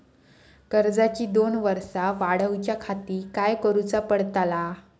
कर्जाची दोन वर्सा वाढवच्याखाती काय करुचा पडताला?